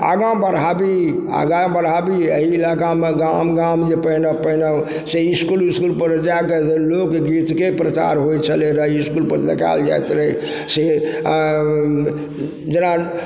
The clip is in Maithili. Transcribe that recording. आगा बढ़ाबी आगा बढ़ाबी आओर अइ इलाकामे गाम गाम जे पहिले पहिले से इसकुल इसकुल पर जाके से लोकगीतके प्रचार होइ छलै रहय ई इसकुलपर देखायल जाइत रहय से जेना